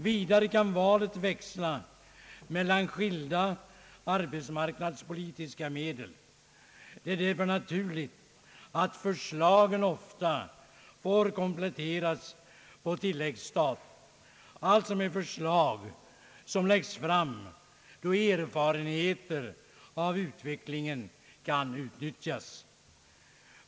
Vidare kan valet växla mellan skilda arbetsmarknadspolitiska medel. Det är därför naturligt att de förslag som läggs fram ofta i ett senare skede, då man har vunnit ytterligare erfarenheter av utvecklingen, måste kompletteras med anslagsäskanden på tilläggsstat.